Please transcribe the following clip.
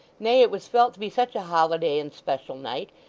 nay, it was felt to be such a holiday and special night,